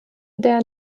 der